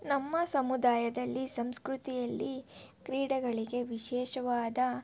ನಮ್ಮ ಸಮುದಾಯದಲ್ಲಿ ಸಂಸ್ಕೃತಿಯಲ್ಲಿ ಕ್ರೀಡೆಗಳಿಗೆ ವಿಶೇಷವಾದ